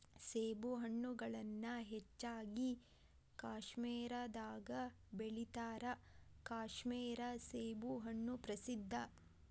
ಸೇಬುಹಣ್ಣುಗಳನ್ನಾ ಹೆಚ್ಚಾಗಿ ಕಾಶ್ಮೇರದಾಗ ಬೆಳಿತಾರ ಕಾಶ್ಮೇರ ಸೇಬುಹಣ್ಣು ಪ್ರಸಿದ್ಧ